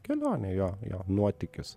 kelionę jo jo nuotykis